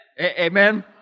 Amen